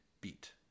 beat